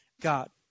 God